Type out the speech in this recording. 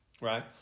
right